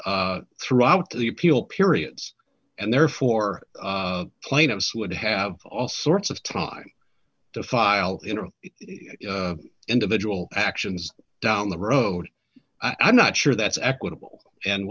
throughout the appeal periods and therefore plaintiffs would have all sorts of time to file into individual actions down the road i'm not sure that's equitable and